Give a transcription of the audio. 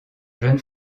jeune